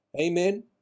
Amen